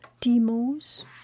Demos